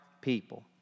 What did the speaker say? people